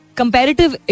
comparative